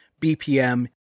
BPM